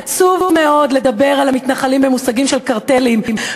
עצוב מאוד לדבר על המתנחלים במושגים של קרטלים.